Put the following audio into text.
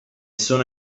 sono